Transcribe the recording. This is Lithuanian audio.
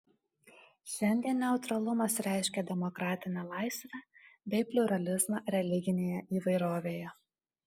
šiandien neutralumas reiškia demokratinę laisvę bei pliuralizmą religinėje įvairovėje